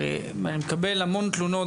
אני מקבל המון תלונות,